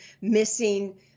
missing